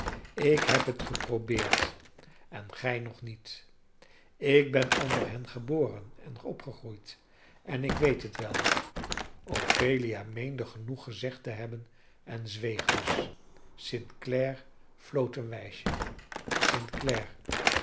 ik heb het geprobeerd en gij nog niet ik ben onder hen geboren en opgegroeid en ik weet het wel ophelia meende genoeg gezegd te hebben en zweeg dus st clare floot een wijsje